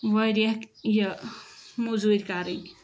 واریاہ یہِ موٚزوٗرۍ کَرٕنۍ